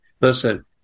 Listen